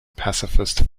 pacifist